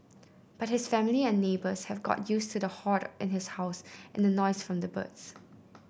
but his family and neighbours have got used to the hoard in his house and noise from the birds